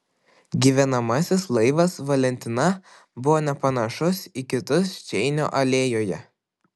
gyvenamasis laivas valentina buvo nepanašus į kitus čeinio alėjoje